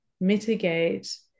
mitigate